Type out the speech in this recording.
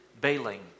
bailing